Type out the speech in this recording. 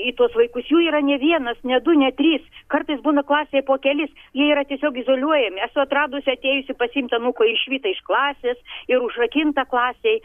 į tuos vaikus jų yra ne vienas ne du ne trys kartais būna klasėje po kelis jie yra tiesiog izoliuojami esu atradusi atėjusi pasiimt anūko ir išvyta iš klasės ir užrakinta klasėj